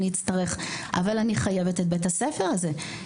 אבל אני חייבת את בית הספר הזה.